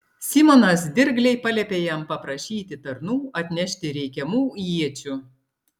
simonas dirgliai paliepė jam paprašyti tarnų atnešti reikiamų iečių